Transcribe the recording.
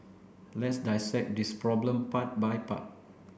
let's dissect this problem part by part